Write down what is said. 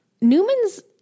Newman's